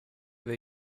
they